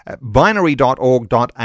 Binary.org.au